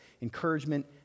encouragement